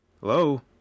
Hello